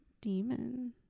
Demon